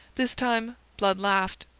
this time blood laughed,